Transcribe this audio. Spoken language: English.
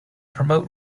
promote